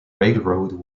railroad